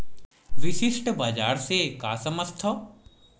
विशिष्ट बजार से का समझथव?